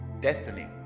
Destiny